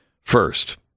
First